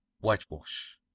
Whitewash